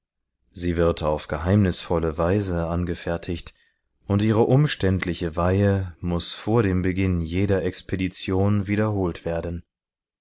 sie wird auf geheimnisvolle weise angefertigt und ihre umständliche weihe muß vor dem beginn jeder expedition wiederholt werden